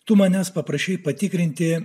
tu manęs paprašei patikrinti